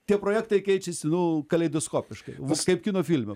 tie projektai keičiasi nu kaleidoskopiškai vis kaip kino filme